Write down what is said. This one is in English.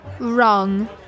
Wrong